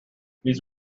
these